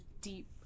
deep